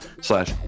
slash